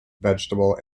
vegetable